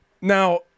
Now